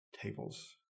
tables